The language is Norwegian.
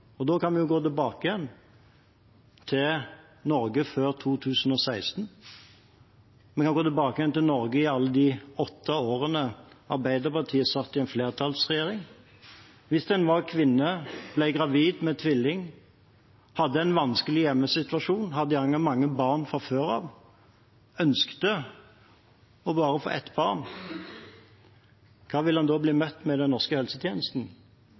kvinner? Da kan vi gå tilbake til Norge før 2016. Vi kan gå tilbake til Norge i alle de åtte årene Arbeiderpartiet satt i en flertallsregjering. Hvis en var kvinne, ble gravid med tvillinger, hadde en vanskelig hjemmesituasjon, gjerne mange barn fra før av og ønsket å få bare ett barn, hva ville hun da bli møtt med i den norske helsetjenesten?